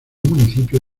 municipio